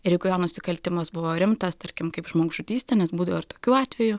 ir jeigu jo nusikaltimas buvo rimtas tarkim kaip žmogžudystė nes būdavo ir tokių atvejų